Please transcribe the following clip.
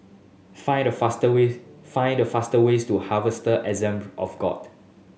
find the fast ways find the fast ways to Harvester Assembly of God